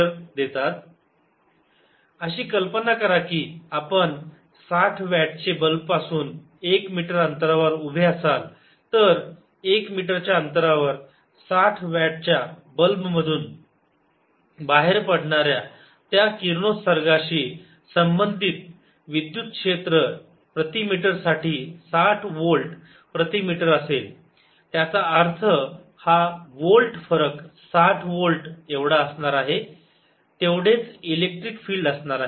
120E0215E030π c60Vm अशी कल्पना करा की आपण 60 वॅटचे बल्ब पासून एक मीटर अंतरावर उभे असाल तर 1 मीटरच्या अंतरावर 60 वॅट च्या बल्बमधून बाहेर पडणाऱ्या त्या किरणोत्सर्गाशी संबंधित विद्युत क्षेत्र प्रति मीटर साठी 60 व्होल्ट प्रति मीटर असेल त्याचा अर्थ हा व्होल्ट फरक 60 व्होल्ट एवढा असणार आहे तेवढेच इलेक्ट्रिक फील्ड असणार आहे